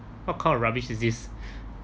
what kind of rubbish is this